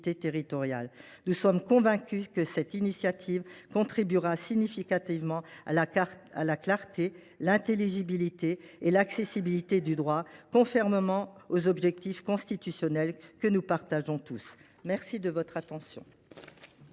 Nous sommes convaincus que cette initiative contribuera significativement à la clarté, à l’intelligibilité et à l’accessibilité du droit, conformément aux objectifs constitutionnels que nous partageons tous. Bravo ! La parole